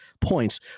points